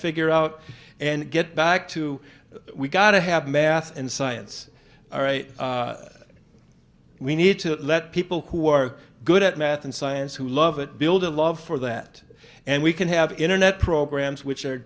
figure out and get back to we've got to have math and science all right we need to let people who are good at math and science who love it build a love for that and we can have internet programs which are